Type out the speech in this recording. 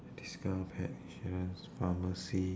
discount pet insurance pharmacy